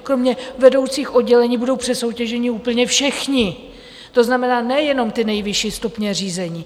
Kromě vedoucích oddělení budou přesoutěženi úplně všichni, to znamená, nejenom ty nejvyšší stupně řízení.